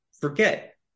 forget